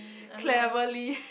cleverly